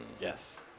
Yes